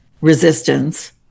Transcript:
resistance